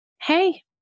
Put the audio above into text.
Hey